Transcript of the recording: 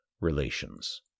relations